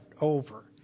over